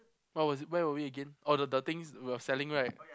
what was where were we again oh the the things we're selling right